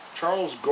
Charles